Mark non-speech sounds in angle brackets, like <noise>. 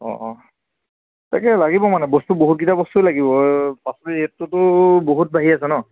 অঁ অঁ তাকে লাগিব মানে বস্তু বহুতকিটা বস্তুৱেই লাগিব <unintelligible> ৰেটটোতো বহুত বাঢ়ি আছে ন